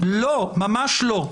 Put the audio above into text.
ממש לא.